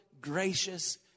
gracious